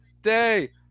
day